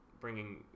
bringing